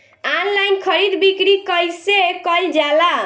Online खरीद बिक्री कइसे कइल जाला?